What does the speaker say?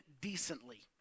decently